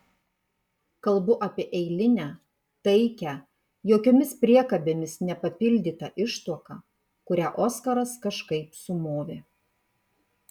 kalbu apie eilinę taikią jokiomis priekabėmis nepapildytą ištuoką kurią oskaras kažkaip sumovė